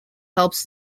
helps